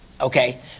Okay